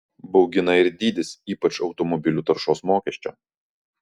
baugina ir dydis ypač automobilių taršos mokesčio